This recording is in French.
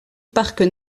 parc